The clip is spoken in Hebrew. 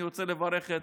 אני רוצה לברך את